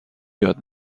یاد